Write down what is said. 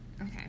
Okay